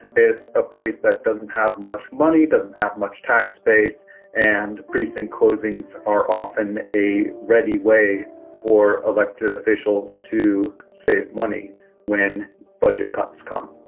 it's a place that doesn't have much money. doesn't have much tax. base and precinct closings are often a ready way for elected officials to save money when budget cuts come